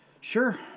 Sure